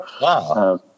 Wow